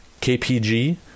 KPG